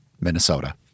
Minnesota